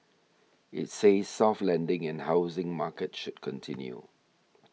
it says soft landing in housing market should continue